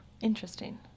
Interesting